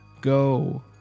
go